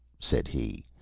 said he,